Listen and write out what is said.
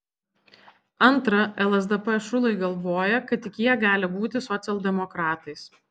antra lsdp šulai galvoja kad tik jie gali būti socialdemokratais